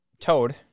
Toad